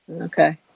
Okay